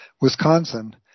Wisconsin